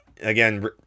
again